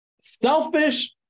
Selfish